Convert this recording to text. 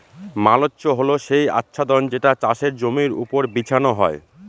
mulch হল সেই আচ্ছাদন যেটা চাষের জমির ওপর বিছানো হয়